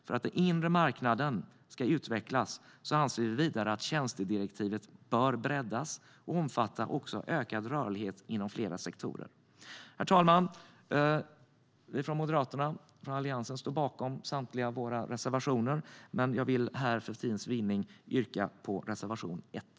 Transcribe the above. För att den inre marknaden ska utvecklas anser vi vidare att tjänstedirektivet bör breddas och också omfatta ökad rörlighet inom flera sektorer. Herr talman! Vi från Moderaterna och Alliansen står bakom samtliga våra reservationer. Jag vill här för tids vinning yrka bifall bara till reservation 1.